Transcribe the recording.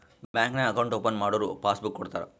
bank ನಾಗ್ account open ಮಾಡುರ್ passbook ಕೊಡ್ತಾರ